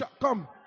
Come